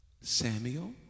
Samuel